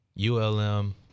ULM